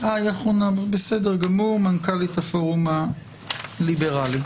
כאן מנכ"לית הפורום הליברלי.